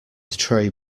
tray